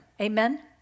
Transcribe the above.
Amen